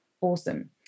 awesome